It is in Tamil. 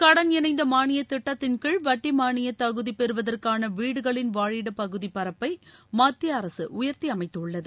கடன் இணைந்த மானிய திட்டத்தின் கீழ் வட்டி மானிய தகுதி பெறுவதற்கான வீடுகளின் வாழிடப்பகுதி பரப்பை மத்திய அரசு உயர்த்தி அமைத்துள்ளது